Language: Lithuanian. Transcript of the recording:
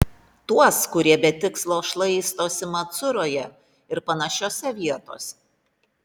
tuos kurie be tikslo šlaistosi macuroje ir panašiose vietose